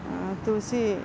ಆ ತುಳಸಿ